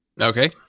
Okay